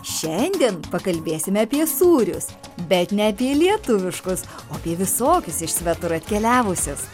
šiandien pakalbėsime apie sūrius bet ne apie lietuviškus o apie visokius iš svetur atkeliavusius